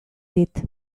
dit